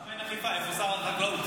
למה אין אכיפה, איפה שר החקלאות?